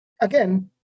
Again